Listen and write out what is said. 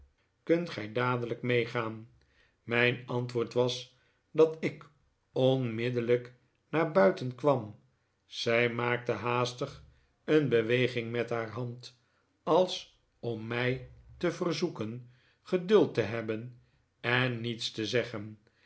kunt gij dadelijk meegaan mijn antwoord was dat ik onmiddellijk naar buiten kwam zij maakte haastig een beweging met haar hand als om mij te verzoeken geduld te hebben en niets te zeggen